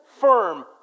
firm